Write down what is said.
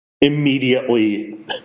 immediately